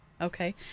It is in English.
Okay